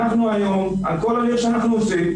היום על כל מה שאנחנו עושים,